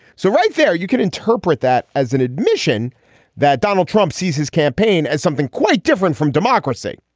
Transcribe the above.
so right there you can interpret that as an admission that donald trump sees his campaign as something quite different from democracy.